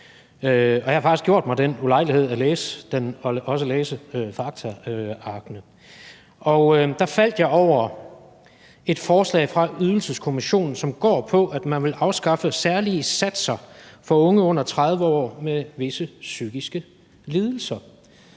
og jeg har faktisk gjort mig den ulejlighed at læse den og også læse faktaarkene. Og der faldt jeg over et forslag fra Ydelseskommissionen, som går på, at man vil afskaffe særlige satser for unge under 30 år med visse psykiske lidelser.